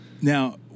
Now